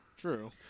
True